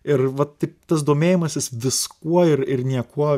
ir va taip tas domėjimasis viskuo ir ir niekuo